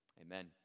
Amen